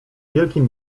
wielkim